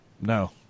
No